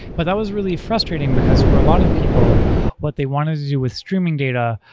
but that was really frustrating, because for a lot of people what they wanted to do with streaming data,